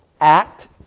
act